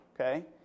Okay